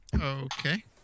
Okay